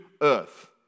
earth